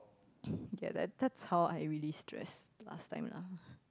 ye that that's how I really stress last time lah